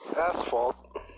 asphalt